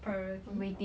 priority